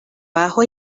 abajo